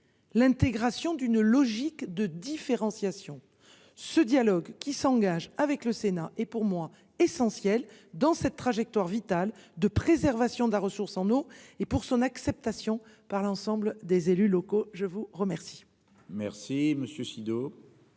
l'intégration d'une logique de différenciation ce dialogue qui s'engage avec le Sénat est pour moi essentiel dans cette trajectoire vital de préservation de la ressource en eau et pour son acceptation par l'ensemble des élus locaux. Je vous remercie.